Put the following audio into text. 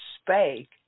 spake